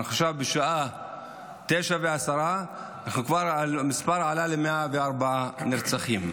אנחנו עכשיו בשעה 21:10 המספר כבר עלה ל-104 נרצחים.